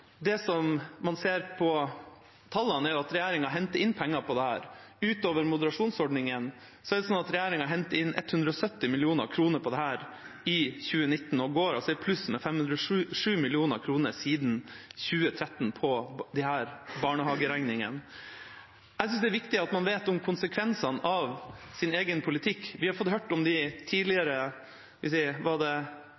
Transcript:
Det man ser av tallene, er at regjeringa henter inn penger på dette. Utover moderasjonsordningene henter regjeringa inn 170 mill. kr i 2019 – og går i pluss med 507 mill. kr siden 2013 – på disse barnehageregningene. Jeg synes det er viktig at man vet om konsekvensene av sin egen politikk. Vi har fått høre at tidligere var det 29 000 familier – nå sier de